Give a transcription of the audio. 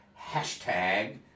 Hashtag